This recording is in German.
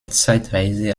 zeitweise